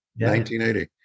1980